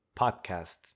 podcasts